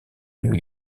new